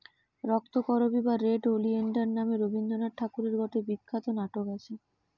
রক্তকরবী বা red oleander নামে রবীন্দ্রনাথ ঠাকুরের গটে বিখ্যাত নাটক আছে